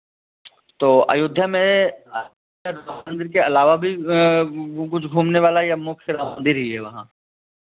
तो अयोध्या में राम मंदिर के अलावा भी कुछ घूमने वाला या मंदिर ही है वहाँ